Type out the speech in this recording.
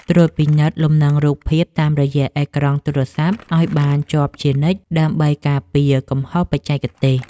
ត្រួតពិនិត្យលំនឹងរូបភាពតាមរយៈអេក្រង់ទូរស័ព្ទឱ្យបានជាប់ជានិច្ចដើម្បីការពារកំហុសបច្ចេកទេស។